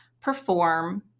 perform